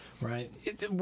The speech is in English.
Right